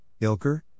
Ilker